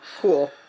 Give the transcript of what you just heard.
cool